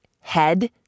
head